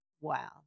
wow